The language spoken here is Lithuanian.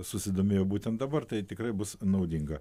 susidomėjo būtent dabar tai tikrai bus naudinga